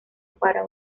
para